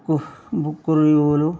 book book రివ్యూలు